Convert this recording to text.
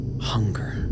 hunger